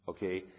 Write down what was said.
Okay